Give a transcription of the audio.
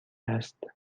است